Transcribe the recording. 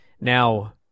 Now